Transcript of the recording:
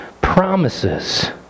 promises